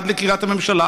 עד לקריית הממשלה,